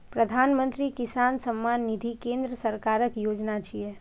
प्रधानमंत्री किसान सम्मान निधि केंद्र सरकारक योजना छियै